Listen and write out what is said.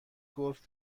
گلف